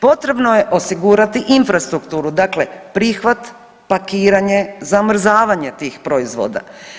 Potrebno je osigurati infrastrukturu, dakle prihvat, pakiranje, zamrzavanje tih proizvoda.